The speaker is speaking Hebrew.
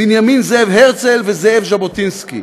בנימין זאב הרצל וזאב ז'בוטינסקי.